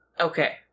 Okay